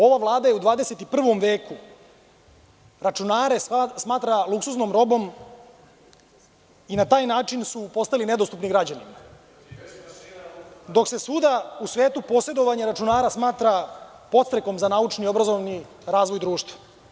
Ova Vlada je u 21 veku računare smatrala luksuznom robom i na taj način su postali nedostupni građanima dok se svuda u svetu poseduje računara smatra podstrekom za naučni i obrazovni razvoj društva.